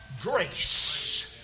grace